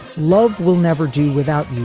love will never do without me.